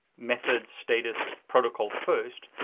method, status, protocol first,